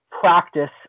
practice